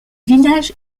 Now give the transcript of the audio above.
village